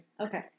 Okay